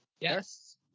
Yes